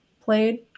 played